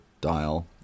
dial